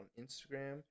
Instagram